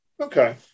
Okay